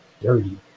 dirty